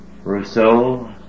Rousseau